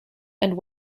and